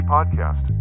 podcast